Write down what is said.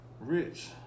Rich